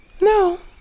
no